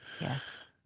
Yes